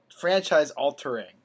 franchise-altering